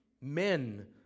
Men